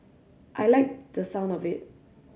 I liked the sound of it